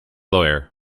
lawyer